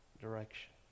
direction